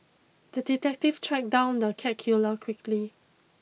the detective tracked down the cat killer quickly